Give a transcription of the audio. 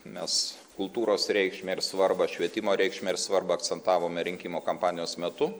mes kultūros reikšmę ir svarbą švietimo reikšmę ir svarbą akcentavome rinkimų kampanijos metu